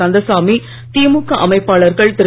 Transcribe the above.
கந்தசாமி திமுக அமைப்பாளர்கள் திரு